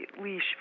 leash